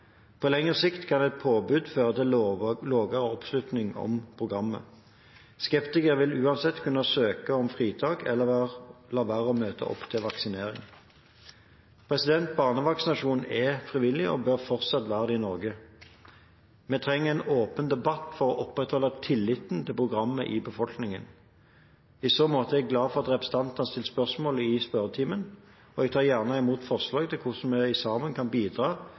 På lengre sikt kan et påbud føre til lavere oppslutning om programmet. Skeptikerne vil uansett kunne søke om fritak eller la være å møte opp til vaksinering. Barnevaksinasjon er frivillig og bør fortsatt være det i Norge. Vi trenger en åpen debatt for å opprettholde tilliten til programmet i befolkningen. I så måte er jeg glad for at representanten har stilt spørsmålet i spørretimen. Jeg tar gjerne imot forslag til hvordan vi sammen kan bidra